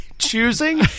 choosing